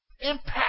impact